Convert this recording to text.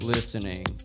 Listening